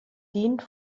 dient